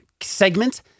segment